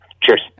Cheers